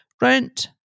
Rent